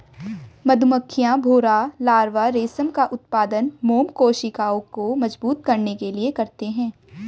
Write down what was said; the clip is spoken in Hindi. मधुमक्खियां, भौंरा लार्वा रेशम का उत्पादन मोम कोशिकाओं को मजबूत करने के लिए करते हैं